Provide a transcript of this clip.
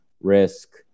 risk